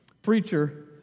Preacher